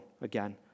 again